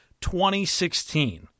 2016